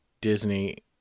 Disney